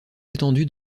étendu